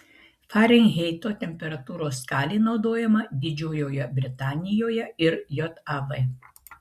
farenheito temperatūros skalė naudojama didžiojoje britanijoje ir jav